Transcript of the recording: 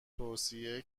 توصیه